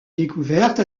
découverte